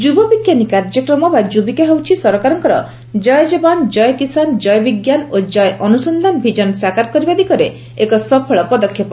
ଯୁବ ବିଜ୍ଞାନୀ କାର୍ଯ୍ୟକ୍ରମ ବା ଯୁବିକା ହେଉଛି ସରକାରଙ୍କର 'ଜୟ ଯବାନ ଜୟ କିଷାନ ଜୟ ବିଜ୍ଞାନ ଓ ଜୟ ଅନ୍ରସନ୍ଧାନ' ଭିଜନ୍ ସାକାର କରିବା ଦିଗରେ ଏକ ସଫଳ ପଦକ୍ଷେପ